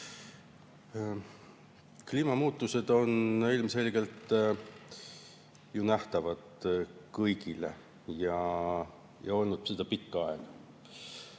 Kliimamuutused on ilmselgelt nähtavad kõigile, ja olnud seda pikka aega.